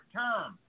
term